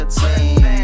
team